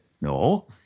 no